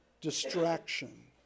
distraction